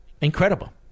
Incredible